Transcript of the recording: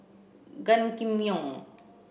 Gan Kim Yong